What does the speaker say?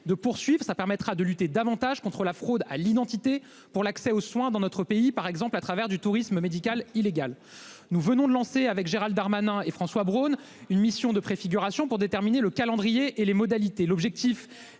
de poursuive ça permettra de lutter davantage contre la fraude à l'identité pour l'accès aux soins dans notre pays par exemple à travers du tourisme médical illégal. Nous venons de lancer avec Gérald Darmanin et François Braun, une mission de préfiguration pour déterminer le calendrier et les modalités. L'objectif